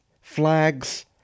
flags